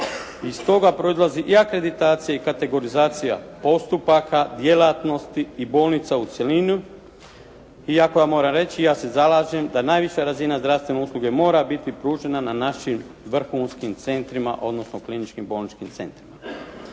Iz toga proizlazi i akreditacija i kategorizacija postupaka, djelatnosti i bolnica u cjelini. Iako ja moram reći i ja se zalažem da najviša razina zdravstvene usluge mora biti pružena na našim vrhunskim centrima, odnosno kliničkim bolničkim centrima.